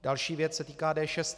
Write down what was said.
Další věc se týká D6.